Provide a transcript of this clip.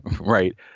right